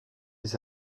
des